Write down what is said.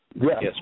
yes